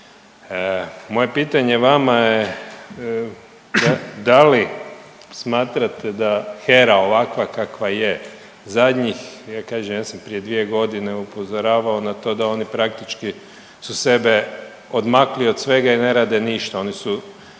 Moje pitanje vama je da li smatrate da HERA ovakva kakva je zadnjih, ja kažem ja sam prije dvije godine upozoravao na to da oni praktički su sebe odmakli od svega i ne rade ništa, oni su